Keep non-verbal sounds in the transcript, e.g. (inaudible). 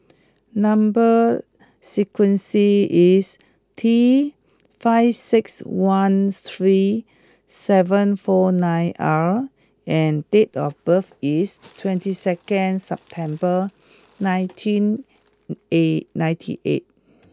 number sequence is T five six one three seven four nine R and date of birth is (noise) twenty second September nineteen eight ninety eight